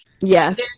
Yes